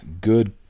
good